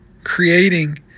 creating